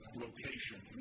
location